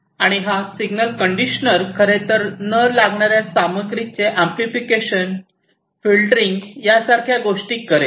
आणि हा signal conditioner खरेतर न लागणाऱ्या सामग्रीचे अंपलिफिकेशन फिल्टरींग यासारख्या गोष्टी करेल